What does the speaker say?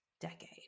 decade